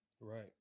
Right